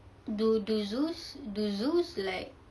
do do zoos do zoos like